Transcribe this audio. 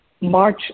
March